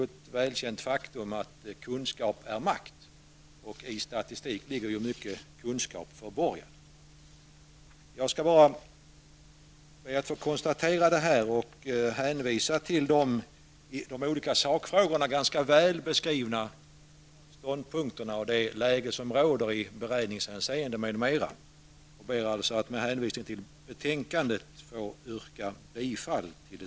Ett välkänt faktum är ju att kunskap är makt, och i statistik ligger mycken kunskap förborgad. Efter att ha konstaterat detta och med hänvisning till att de olika sakfrågorna är ganska väl beskrivna i fråga om det läge som råder i beredningshänseende m.m., ber jag att få yrka bifall till hemställan i betänkandet.